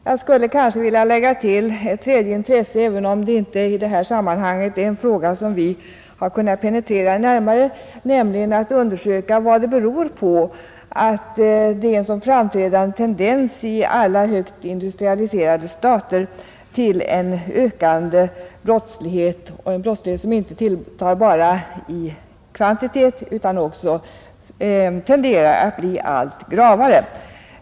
Jag skulle vilja lägga till ett tredje intresse, även om det gäller en fråga som vi inte i detta sammanhang har kunnat penetrera närmare, nämligen att undersöka vad det beror på att det i alla högt industrialiserade stater finns en så framträdande tendens till en ökande brottslighet, en brottslighet som inte tilltar bara i kvantitet utan också tenderar att bli allt grövre.